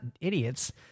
idiots